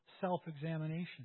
self-examination